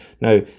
Now